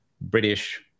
British